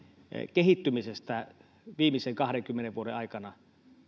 kehittymisestä viimeisen kahdenkymmenen vuoden aikana